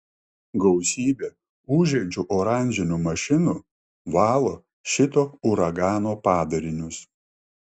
gausybė ūžiančių oranžinių mašinų valo šito uragano padarinius